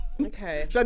Okay